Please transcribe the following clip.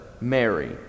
Mary